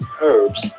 herbs